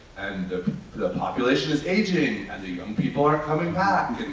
and the population is aging and the young people are coming back!